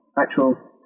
actual